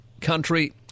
country